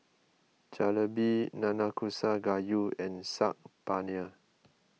Jalebi Nanakusa Gayu and Saag Paneer